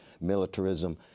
militarism